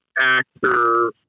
actor